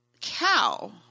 Cow